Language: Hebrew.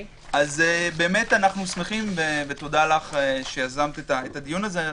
תודה לך שיזמת את הדיון הזה.